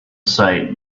sight